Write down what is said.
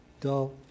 dull